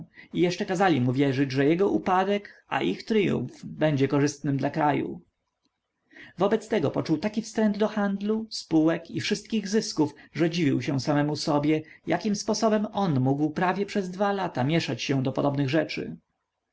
i jeszcze kazali mu wierzyć że jego upadek a ich tryumf będzie korzystnym dla kraju wobec tego poczuł taki wstręt do handlu spółek i wszystkich zysków że dziwił się samemu sobie jakim sposobem on mógł prawie przez dwa lata mieszać się do podobnych rzeczy